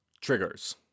triggers